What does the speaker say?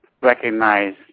recognize